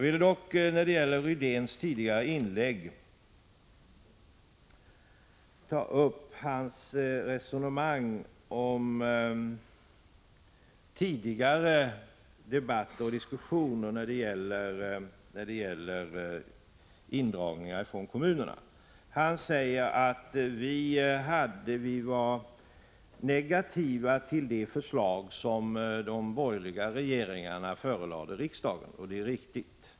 Rune Rydén tog i sitt inlägg upp ett resonemang om tidigare diskussioner om indragningar från kommunerna. Han säger att vi var negativa till det förslag som de borgerliga partierna förelade riksdagen. Det är riktigt.